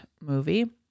movie